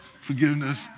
forgiveness